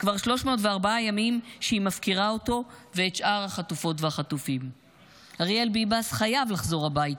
חמש לא נמצא 304 ימים במרתפי ארגון טרור אכזרי.